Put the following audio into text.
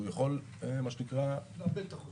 הוא יכול -- לאבד את החוזה.